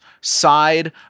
side